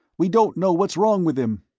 we don't know what's wrong with him.